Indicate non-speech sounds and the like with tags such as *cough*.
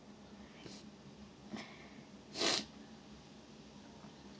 *breath*